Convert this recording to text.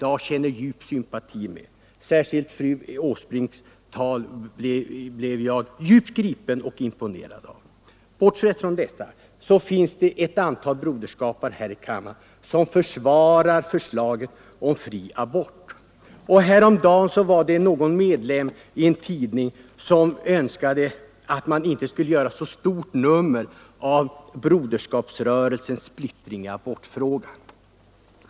Jag känner för övrigt djup sympati med fru Åsbrink, och jag blev gripen och imponerad av hennes anförande här i dag. Häromdagen hade en medlem i broderskapsrörelsen i en tidning framhållit att han önskade att man inte skulle göra så stort nummer av broderskapsrörelsens splittring i abortfrågan.